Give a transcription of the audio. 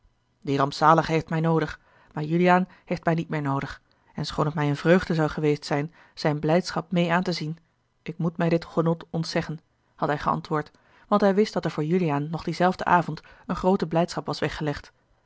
die rampzalige heeft mij noodig maar juliaan heeft mij niet meer noodig en schoon t mij eene vreugde zou geweest zijn zijne blijdschap meê aan te zien ik moet mij dit genot ontzeggen had hij geantwoord want hij wist dat er voor juliaan nog dienzelfden avond eene groote blijdschap was weggelegd